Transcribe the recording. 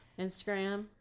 Instagram